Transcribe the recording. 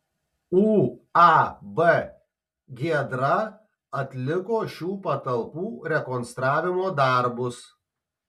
uab giedra atliko šių patalpų rekonstravimo darbus